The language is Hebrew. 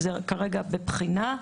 זה כרגע בבחינה.